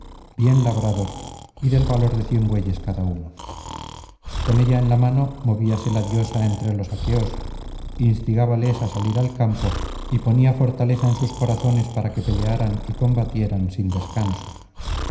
bien labrados y del valor de cien bueyes cada uno con ella en la mano movíase la diosa entre los aqueos instigábales á salir al campo y ponía fortaleza en sus corazones para que pelearan y combatieran sin descanso